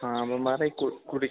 हां बो माराज कु कुड़ी